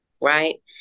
Right